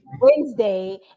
wednesday